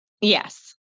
yes